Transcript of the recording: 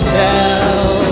tell